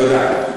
תודה.